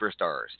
superstars